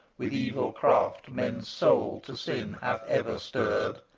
with evil craft men's souls to sin hath ever stirred!